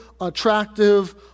attractive